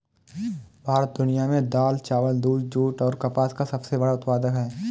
भारत दुनिया में दाल, चावल, दूध, जूट और कपास का सबसे बड़ा उत्पादक है